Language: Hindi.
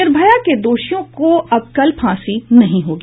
निर्भया के दोषियों को अब कल फांसी नहीं होगी